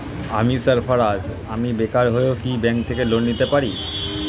আমি সার্ফারাজ, আমি বেকার হয়েও কি ব্যঙ্ক থেকে লোন নিতে পারি?